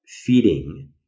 feeding